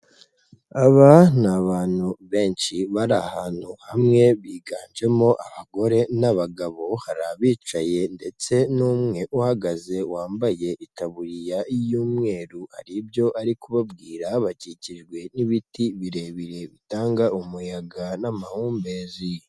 Aba ni abantu benshi bari ahantu hamwe, biganjemo abagore n'abagabo, hari abicaye ndetse n'umwe uhagaze wambaye itaburiya y'umweru, hari ibyo ari kubabwira, bakikijwe n'ibiti birebire bitanga umuyaga n'amahumbezi.